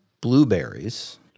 blueberries